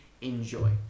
enjoy